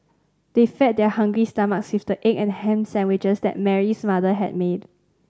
they fed their hungry stomachs with the egg and ham sandwiches that Mary's mother had made